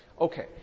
Okay